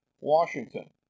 Washington